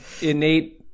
innate